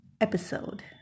episode